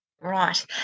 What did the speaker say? right